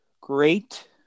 great